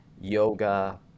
yoga